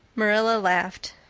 marilla laughed.